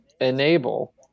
enable